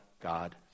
God